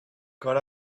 got